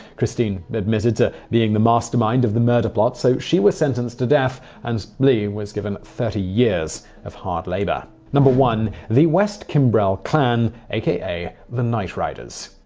christine admitted to being the mastermind of the murder plot, so she was sentenced to death, and lea was given thirty years of hard labor. one. the west-kimbrell clan, aka the night riders?